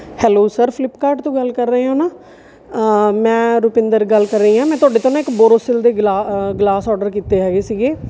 hello sir Flipkart ਤੋਂ ਗੱਲ ਕਰ ਰਹੇ ਹੋ ਨਾ ਮੈਂ ਰੁਪਿੰਦਰ ਗੱਲ ਕਰ ਰਹੀ ਹਾਂ ਮੈਂ ਤੁਹਾਡੇ ਤੋਂ ਨਾ ਇੱਕ ਬੋਰੋਸਿਲ ਦੇ ਗਲਾ ਗਲਾਸ ਔਡਰ ਕੀਤੇ ਹੈਗੇ ਸੀਗੇ